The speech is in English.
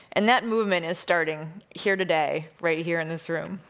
and that movement is starting here today, right here in this room,